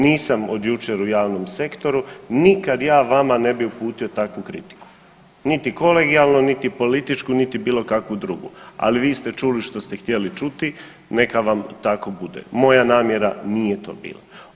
Nisam od jučer u javnom sektoru, nikad ja vama ne bi uputio takvu kritiku, niti kolegijalno, niti političku, niti bilo kakvu drugu, ali vi ste čuli što ste htjeli čuti, neka vam tako bude, moja namjera nije to bila.